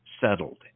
settled